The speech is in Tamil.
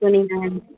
ஸோ நீங்கள்